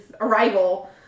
arrival